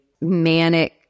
manic